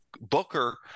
Booker